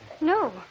No